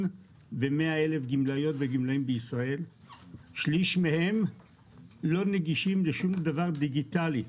ומאה אלף גמלאיות וגמלאים בישראל - שלא נגישים לשום דבר דיגיטלי.